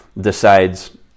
decides